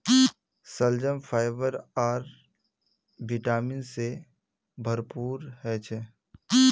शलजम फाइबर आर विटामिन से भरपूर ह छे